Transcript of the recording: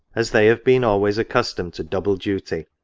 as they have been always accustomed to double duty,